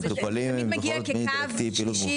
מי מגיע כקו שלישי,